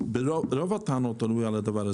רוב הטענות היו על הדבר הזה.